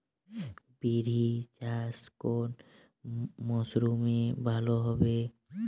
বিরি চাষ কোন মরশুমে ভালো হবে?